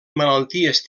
malalties